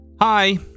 Hi